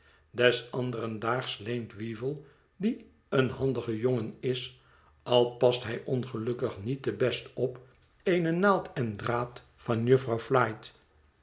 anderen daags leent weevle die een handige jongen is al past hij ongelukkig niet te best op eene naald en draad van jufvrouw flite